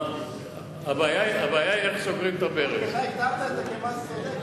אתה הגדרת את זה כמס צודק.